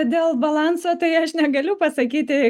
dėl balanso tai aš negaliu pasakyti